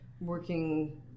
working